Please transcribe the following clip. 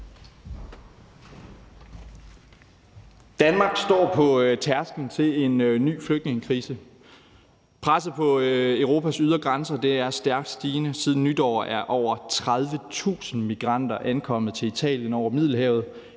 Danmark står på tærsklen til en ny flygtningekrise. Presset på Europas ydre grænser er stærkt stigende. Siden nytår er over 30.000 migranter ankommet til Italien over Middelhavet.